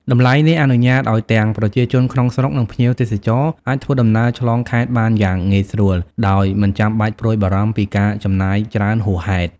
តម្លៃនេះអនុញ្ញាតឱ្យទាំងប្រជាជនក្នុងស្រុក និងភ្ញៀវទេសចរអាចធ្វើដំណើរឆ្លងខេត្តបានយ៉ាងងាយស្រួលដោយមិនចាំបាច់ព្រួយបារម្ភពីការចំណាយច្រើនហួសហេតុ។